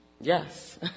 Yes